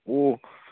ꯑꯣ